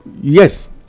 yes